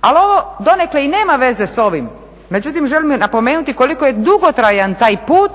Ali ovo donekle i nema veze s ovim, međutim želim napomenuti koliko je dugotrajan taj put